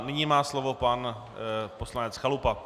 Nyní má slovo pan poslanec Chalupa.